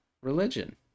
religion